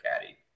caddy